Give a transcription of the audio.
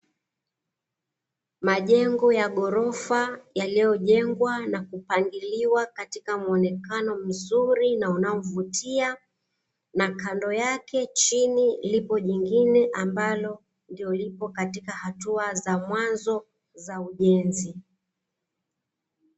Majengo ya ghorofa yaliyojengwa na kupangiliwa katika muonekano mzuri na unaovutia, na kando yake chini lipo jingine ambalo ndo lipo katika hatua za mwanzo za ujenzi.